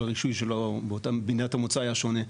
הרישוי שלו באותה מדינת המוצא היה שונה,